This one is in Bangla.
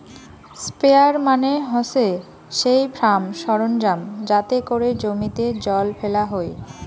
স্প্রেয়ার মানে হসে সেই ফার্ম সরঞ্জাম যাতে করে জমিতে জল ফেলা হই